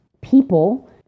people